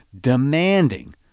demanding